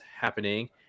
happening